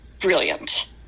brilliant